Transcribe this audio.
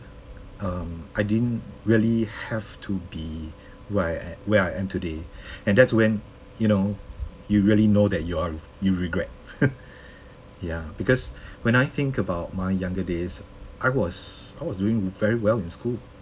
um I didn't really have to be where I a~ where I am today and that's when you know you really know that you are you regret ya because when I think about my younger days I was I was doing very well in school